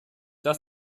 das